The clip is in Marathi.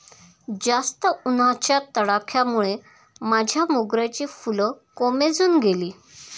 जास्त उन्हाच्या तडाख्यामुळे माझ्या मोगऱ्याची फुलं कोमेजून गेली